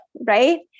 right